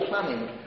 planning